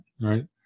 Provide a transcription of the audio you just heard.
right